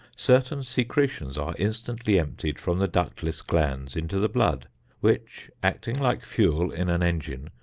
certain secretions are instantly emptied from the ductless glands into the blood which, acting like fuel in an engine,